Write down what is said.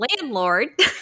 landlord